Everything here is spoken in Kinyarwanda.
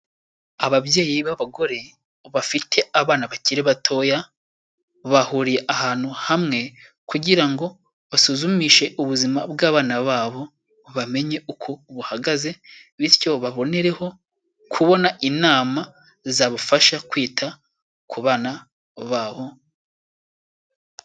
Ababyeyi b'abagore bafite abana bakiri batoya bahuriye ahantu hamwe kugira ngo basuzumishe ubuzima bw'abana babo, bamenye uko buhagaze bityo babonereho kubona inama zabafasha kwita ku bana babo.